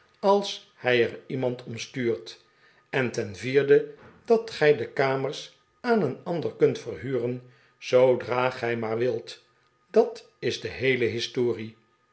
als hij er iemand om stuurt en ten vierde dat gij de kamers aan een ander kunt verhuren zoodra gij maar wilt dat is de heele historic